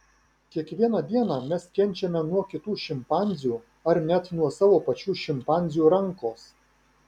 kiekvieną dieną mes kenčiame nuo kitų šimpanzių ar net nuo savo pačių šimpanzių rankos